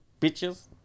Bitches